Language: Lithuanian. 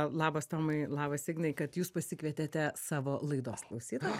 labas tomai labas ignai kad jūs pasikvietėte savo laidos klausytoją